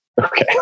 okay